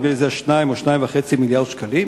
נדמה לי שזה היה כ-2 או 2 וחצי מיליארדי שקלים,